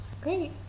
Great